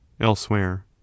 elsewhere